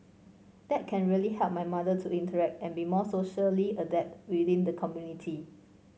that can really help my mother to interact and be more socially adept within the community